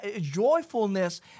joyfulness